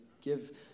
give